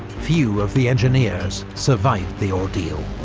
few of the engineers survived the ordeal.